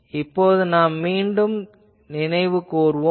இப்போது நாம் மீண்டும் திரும்பி நினைவு கூர்வோம்